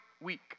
week